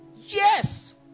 Yes